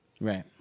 right